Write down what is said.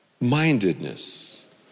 mindedness